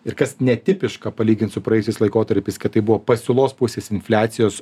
ir kas netipiška palygint su praėjusiais laikotarpiais kad tai buvo pasiūlos pusės infliacijos